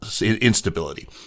instability